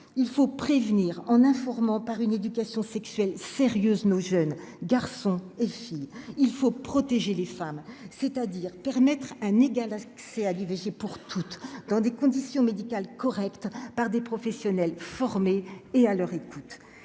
il faut prévenir en informant par une éducation sexuelle sérieuse nos jeunes garçons et filles, il faut protéger les femmes, c'est-à-dire permettre un égal accès à l'IVG pour toutes dans des conditions médicales correctes par des professionnels formés et à leur écoute,